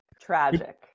tragic